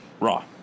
Raw